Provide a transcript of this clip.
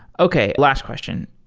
okay, last question.